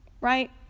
right